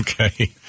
Okay